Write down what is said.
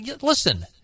Listen